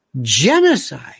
genocide